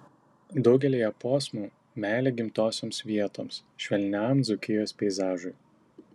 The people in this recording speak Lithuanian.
daugelyje posmų meilė gimtosioms vietoms švelniam dzūkijos peizažui